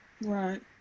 right